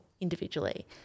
individually